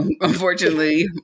Unfortunately